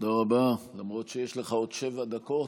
תודה רבה, למרות שיש לך עוד שבע דקות,